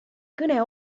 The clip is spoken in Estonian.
kõne